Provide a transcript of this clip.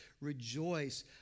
rejoice